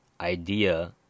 idea